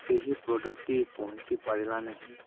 ସେହି ପ୍ରଡ଼କ୍ଟ୍ଟି ପହଞ୍ଚି ପାରିଲା ନାହିଁ